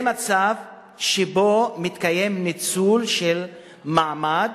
זה מצב שבו מתקיים ניצול של מעמד,